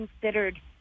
considered